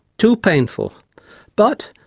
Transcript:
too painful but,